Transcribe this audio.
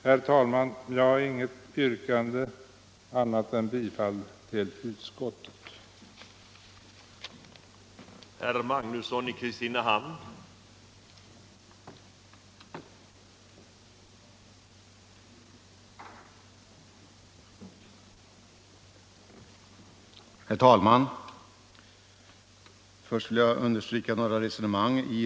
Herr talman! Jag har inget annat yrkande än om bifall till utskottets hemställan.